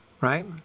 Right